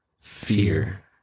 fear